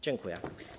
Dziękuję.